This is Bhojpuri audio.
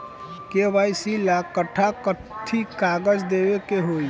के.वाइ.सी ला कट्ठा कथी कागज देवे के होई?